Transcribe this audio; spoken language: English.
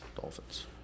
Dolphins